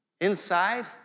inside